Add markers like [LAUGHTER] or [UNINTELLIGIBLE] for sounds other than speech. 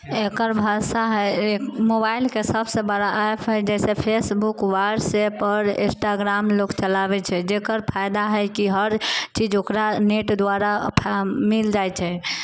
एकर भाषा हइ मोबाइल के सबसे बड़ा [UNINTELLIGIBLE] जैसे फेसबुक वाट्सअप आओर इन्स्टाग्राम लोग चलाबै छै जेकर फायदा हइ हर चीज ओकरा नेट द्वारा मिल जाइ छै